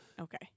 Okay